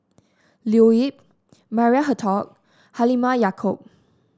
Leo Yip Maria Hertogh Halimah Yacob